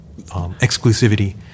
exclusivity